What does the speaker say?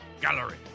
gallery